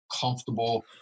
comfortable